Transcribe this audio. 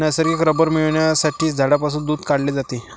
नैसर्गिक रबर मिळविण्यासाठी झाडांपासून दूध काढले जाते